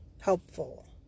helpful